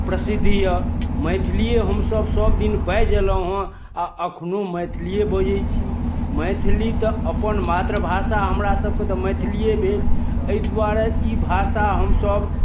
प्रसिद्ध यए मैथलिए हमसभ सभदिन बाजि अयलहुँ हेँ आ एखनहुँ मैथलिए बजै छी मैथिली तऽ अपन मातृभाषा हमरा सभके तऽ मैथलिए भेल एहि दुआरे ई भाषा हमसभ